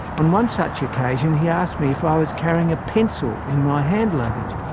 on one such occasion he asked me if i was carrying a pencil in my hand luggage.